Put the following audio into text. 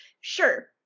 Sure